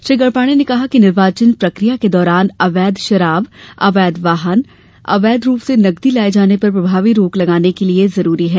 श्री गढ़पाले ने कहा कि निर्वाचन प्रक्रिया के दौरान अवैध शराब अवैध वाहन अवैध रूप से नगदी लाये जाने पर प्रभावी रोक लगाने के लिए जरूरी है